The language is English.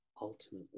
ultimately